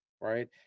Right